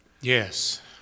Yes